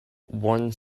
one